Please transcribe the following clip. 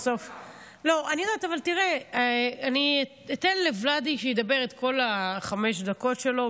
אני אתן לוולדי שידבר את כל החמש דקות שלו,